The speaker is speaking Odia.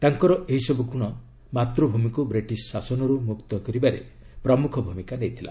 ତାଙ୍କର ଏହିସବୁ ଗୁଣ ମାତୃଭୂମିକୁ ବ୍ରିଟିଶ୍ ଶାସନରୁ ମୁକ୍ତ କରିବାରେ ପ୍ରମୁଖ ଭୂମିକା ନେଇଥିଲା